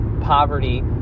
poverty